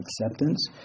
acceptance